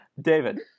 David